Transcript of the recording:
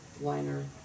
liner